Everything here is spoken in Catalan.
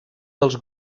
dels